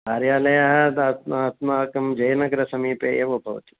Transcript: कार्यालयः अस्माकं जयनगरसमीपे एव भवति